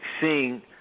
seeing